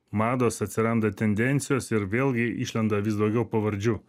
mados atsiranda tendencijos ir vėlgi išlenda vis daugiau pavardžių